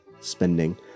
spending